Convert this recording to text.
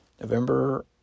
November